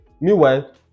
Meanwhile